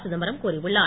சிதம்பரம் கூறியுள்ளார்